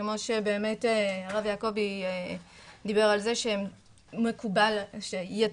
כמו שבאמת הרב יעקבי דיבר על זה שמקובל שיהיה